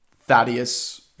Thaddeus